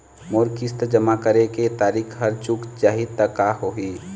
मोर किस्त जमा करे के तारीक हर चूक जाही ता का होही?